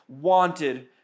wanted